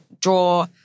draw